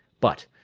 but,